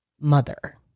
mother